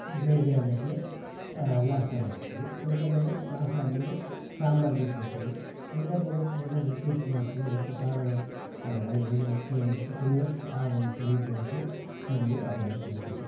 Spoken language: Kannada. ಬೆಳಗ್ಗೆ ಆದಟ್ಲೇ ನಾಷ್ಟಾ ಮಾಡ್ತೀವಿ ತಿರುಗಾ ಆಮೇಲೆ ನಾಷ್ಟ ಆದ್ಮೇಲೆ ಸಾಂಬಾರು ಬಿಟ್ಕೊಳ್ತೀವಿ ತಿರುಗಾ ಮೇಲೆ ತಿರುಗಾ ಉಪ್ಪಿಟ್ಟು ಮಾಡ್ತಾರೆ ಮತ್ತು ಖಾರ ಬಾತು ಅವೆಲ್ಲ ಏನು ಅಂತ ಅಂದ್ಬಿಟ್ಟು ಸುಮ್ಮನೆ ಆಗ ಇಡ್ಲಿ ದೋಸೆ ಕಡುಬು ಅವೆಲ್ಲ ತಿಂತೀವಿ